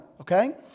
okay